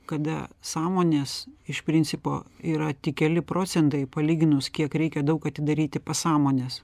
kada sąmonės iš principo yra tik keli procentai palyginus kiek reikia daug atidaryti pasąmonės